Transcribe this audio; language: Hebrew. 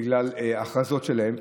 בגלל ההכרזות שלהן.